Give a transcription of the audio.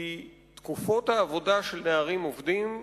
כי תקופות העבודה של נערים עובדים,